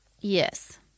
Yes